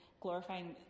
glorifying